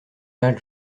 mal